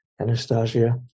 Anastasia